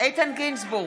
איתן גינזבורג,